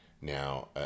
now